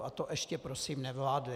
A to ještě prosím nevládli.